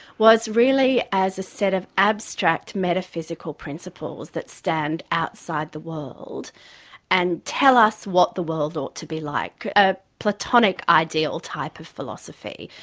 was really as a set of abstract metaphysical principles that stand outside the world and tell us what the world ought to be like a platonic ideal type of philosophy.